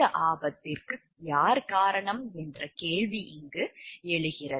இந்த ஆபத்துக்கு யார் காரணம் என்ற கேள்வி இங்கு எழுகிறது